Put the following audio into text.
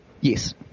Yes